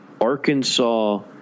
Arkansas